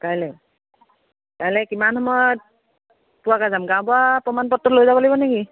কাইলে কাইলে কিমান সময়ত পোৱাকে যাম গাঁও বুঢ়া প্ৰমাণ পত্ৰ লৈ যাব লাগিব নেকি